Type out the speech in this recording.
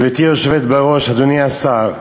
גברתי היושבת בראש, אדוני השר,